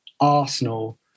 Arsenal